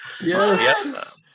Yes